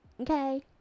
okay